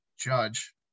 judge